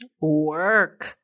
work